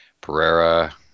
Pereira